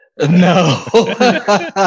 No